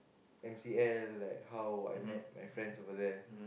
M_C_L like how I met my friends over there